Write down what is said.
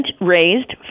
raised